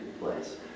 place